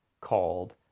called